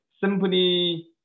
simply